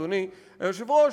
אדוני היושב-ראש,